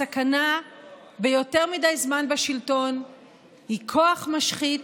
הסכנה ביותר מדי זמן בשלטון היא כוח משחית,